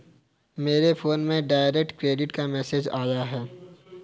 मेरे फोन में direct credit का मैसेज आया है